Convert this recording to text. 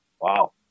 wow